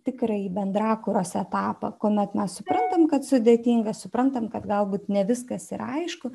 tikrąjį bendrakūros etapą kuomet mes suprantam kad sudėtinga suprantam kad galbūt ne viskas ir aišku